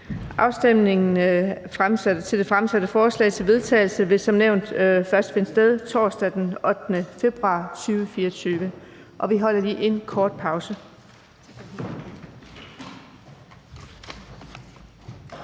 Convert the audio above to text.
Afstemningen om de fremsatte forslag til vedtagelse vil som nævnt først finde sted torsdag den 8. februar 2024. Vi holder lige en kort pause.